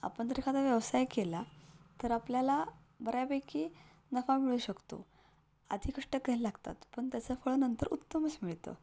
आपण जर एखादा व्यवसाय केला तर आपल्याला बऱ्यापैकी नफा मिळू शकतो आधी कष्ट घ्यायला लागतात पण त्याचं फळ नंतर उत्तमच मिळतं